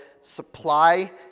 supply